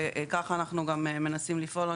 וכך אנחנו מנסים לפעול.